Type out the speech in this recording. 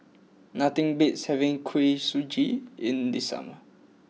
nothing beats having Kuih Suji in the summer